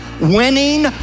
winning